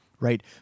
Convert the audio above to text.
Right